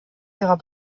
ihrer